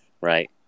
right